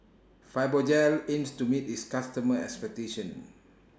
Fibogel aims to meet its customers' expectations